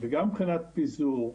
וגם מבחינת פיזור,